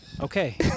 Okay